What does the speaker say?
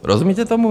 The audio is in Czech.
Rozumíte tomu?